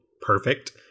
Perfect